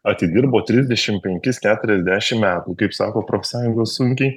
atidirbo trisdešimt penkis keturiasdešimt metų kaip sako profsąjungos sunkiai